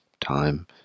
time